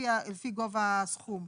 לפי גובה הסכום.